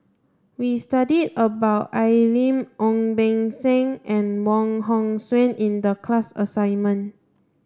we studied about Al Lim Ong Beng Seng and Wong Hong Suen in the class assignment